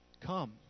come